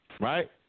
right